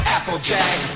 Applejack